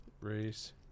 race